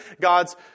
God's